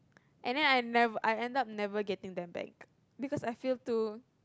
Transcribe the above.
and then I never I end up never getting them back because I feel too